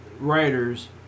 writers